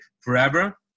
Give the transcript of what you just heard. forever